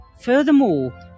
Furthermore